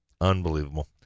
Unbelievable